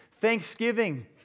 thanksgiving